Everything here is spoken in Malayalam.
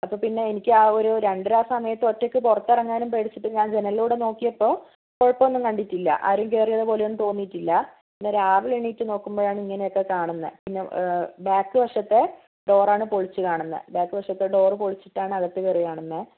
അപ്പോൾ പിന്നെ എനിക്ക് ആ ഒരു രണ്ടര ആ സമയത്ത് ഒറ്റയ്ക്ക് പുറത്തിറങ്ങാനും പേടിച്ചിട്ട് ഞാൻ ജനലിലൂടെ നോക്കിയപ്പോൾ കുഴപ്പം ഒന്നും കണ്ടിട്ടില്ല ആരും കയറിയത് പോലെ ഒന്നും തോന്നിയിട്ടില്ല പിന്നെ രാവിലെ എണീറ്റ് നോക്കുമ്പോഴാണ് ഇങ്ങനെയൊക്കെ കാണുന്നത് പിന്നെ ബാക്ക് വശത്തെ ഡോർ ആണ് പൊളിച്ച് കാണുന്നത് ബാക്ക് വശത്തെ ഡോർ പൊളിച്ചിട്ടാണ് അകത്ത് കയറി കാണുന്നത്